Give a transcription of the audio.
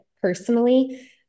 personally